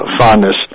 fondness